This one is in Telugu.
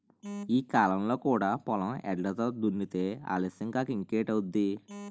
ఈ కాలంలో కూడా పొలం ఎడ్లతో దున్నితే ఆలస్యం కాక ఇంకేటౌద్ది?